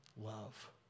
love